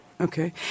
Okay